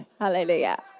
Hallelujah